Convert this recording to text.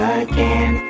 again